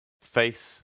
face